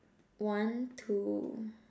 want to